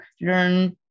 learn